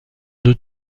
deux